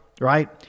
right